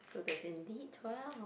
so there's indeed twelve